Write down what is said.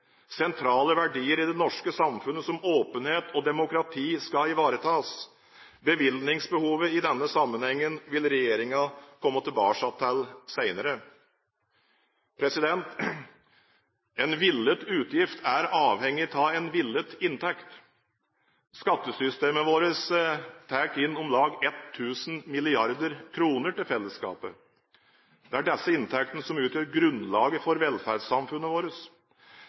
Sentrale verdier i det norske samfunnet som åpenhet og demokrati skal ivaretas. Bevilgningsbehovet i denne sammenhengen vil regjeringen komme tilbake til senere. En villet utgift er avhengig av en villet inntekt. Skattesystemet vårt bringer inn om lag 1 000 mrd. kr til fellesskapet. Disse inntektene utgjør grunnlaget for velferdssamfunnet vårt.